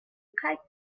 kite